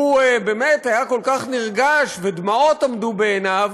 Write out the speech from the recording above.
הוא באמת היה כל כך נרגש ודמעות עמדו בעיניו.